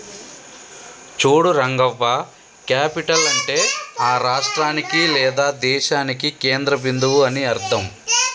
చూడు రంగవ్వ క్యాపిటల్ అంటే ఆ రాష్ట్రానికి లేదా దేశానికి కేంద్ర బిందువు అని అర్థం